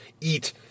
eat